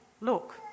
Look